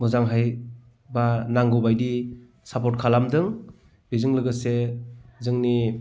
मोजांयै बा नांगौबादि सार्पट खालामदों बेजों लोगोसे जोंनि